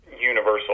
universal